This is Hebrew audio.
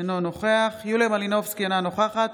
אינו נוכח יוליה מלינובסקי, אינה נוכחת